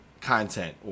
content